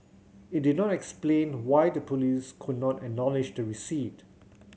it did not explain why the police could not acknowledge receipt